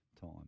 time